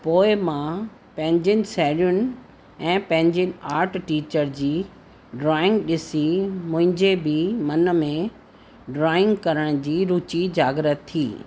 पोइ मां पंहिंजियुनि साहेड़ियुनि ऐं पंहिंजे आर्ट टीचर जी ड्रॉइंग ॾिसी मुंहिंजे बि मन में ड्रॉइंग करण जी रुचि जागृत थी